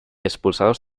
expulsados